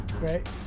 right